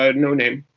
ah noname